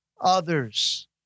others